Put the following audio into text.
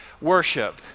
worship